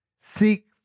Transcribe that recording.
Seek